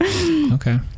Okay